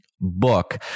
book